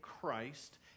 Christ